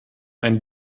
ein